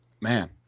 man